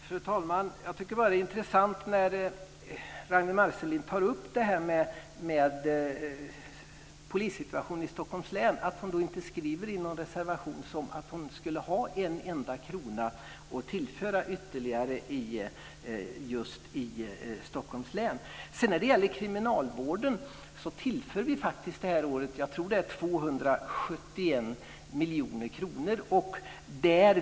Fru talman! Ragnwi Marcelind tar upp polissituationen i Stockholms län. Jag tycker att det är intressant att hon inte i någon reservation skriver att hon har ytterligare pengar att tillföra just Stockholms län. När det gäller kriminalvården tillför vi faktiskt detta år 271 miljoner kronor.